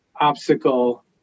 obstacle